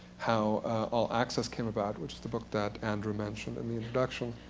how all access came about, which is the book that andrew mentioned in the introduction.